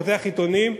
פותח עיתונים,